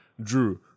Drew